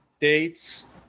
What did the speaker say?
dates